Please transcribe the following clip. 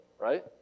right